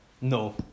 no